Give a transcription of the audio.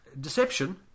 Deception